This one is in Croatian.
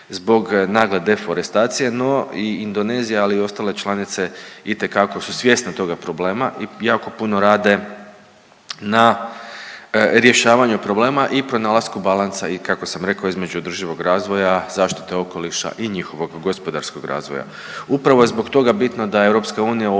zbog nagle deforestacije. No i Indonezija, ali i ostale članice itekako su svjesne toga problema i jako puno rade na rješavanju problema i pronalasku balansa i kako sam rekao između održivog razvoja, zaštite okoliša i njihovog gospodarskog razvoja. Upravo je zbog toga bitno da je EU u